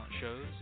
shows